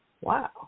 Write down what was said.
Wow